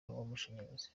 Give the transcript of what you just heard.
w’amashanyarazi